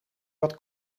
wat